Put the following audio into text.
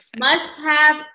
Must-have